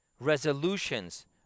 resolutions